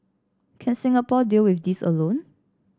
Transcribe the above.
can Singapore deal with this alone